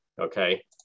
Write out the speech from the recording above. Okay